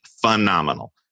phenomenal